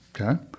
Okay